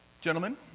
Gentlemen